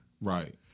Right